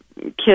kids